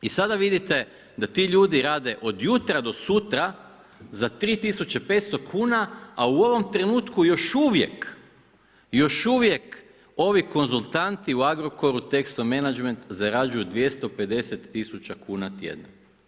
I sada vidite da ti ljudi rade od jutra do sutra za 3,500 kuna a u ovom trenutku još uvijek ovi konzultanti u Agrokoru, Texo Management zarađuju 250 000 kuna tjedno.